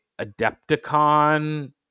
adepticon